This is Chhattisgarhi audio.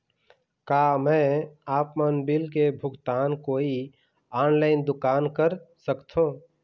का मैं आपमन बिल के भुगतान कोई ऑनलाइन दुकान कर सकथों?